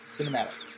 Cinematic